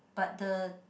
but the